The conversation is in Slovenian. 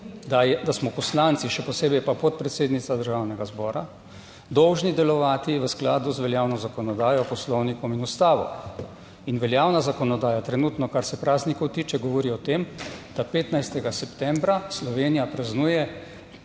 da smo poslanci, še posebej pa podpredsednica Državnega zbora, dolžni delovati v skladu z veljavno zakonodajo, Poslovnikom in Ustavo. In veljavna zakonodaja trenutno, kar se praznikov tiče, govori o tem, da 15. septembra Slovenija praznuje